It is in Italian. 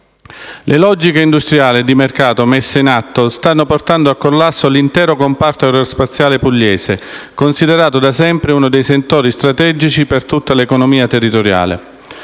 Le logiche industriali e di mercato messe in atto stanno portando al collasso l'intero comparto aerospaziale pugliese, considerato da sempre uno dei settori strategici per tutta l'economia territoriale.